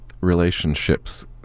relationships